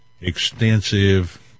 extensive